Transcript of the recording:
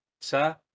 sa